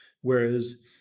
Whereas